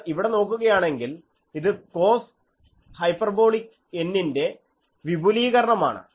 നിങ്ങൾ ഇവിടെ നോക്കുകയാണെങ്കിൽ ഇത് cos ഹൈപ്പർബോളിക് Nന്റെ വിപുലീകരണമാണ്